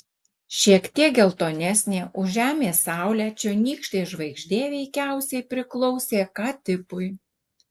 šiek tiek geltonesnė už žemės saulę čionykštė žvaigždė veikiausiai priklausė k tipui